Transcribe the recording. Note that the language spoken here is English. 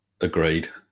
Agreed